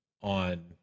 on